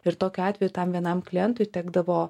ir tokiu atveju tam vienam klientui tekdavo